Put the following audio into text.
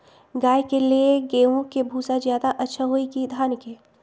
गाय के ले गेंहू के भूसा ज्यादा अच्छा होई की धान के?